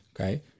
Okay